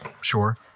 sure